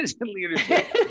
Leadership